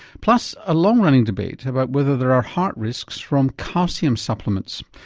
plus a long running debate about whether there are heart risks from calcium supplements.